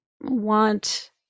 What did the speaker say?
want